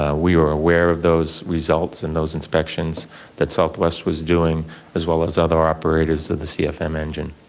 ah we were aware of those results and those inspections that southwest was doing as well as other operators of the cfm engine.